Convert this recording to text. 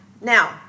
Now